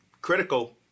critical